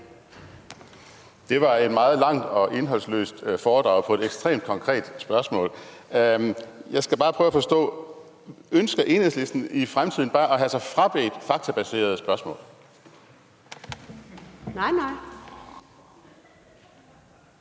Det var et meget langt, indholdsløst foredrag som svar på et ekstremt konkret spørgsmål. Jeg skal bare prøve at forstå det. Ønsker Enhedslisten i fremtiden bare at have sig frabedt faktabaserede spørgsmål? Kl.